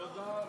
תודה.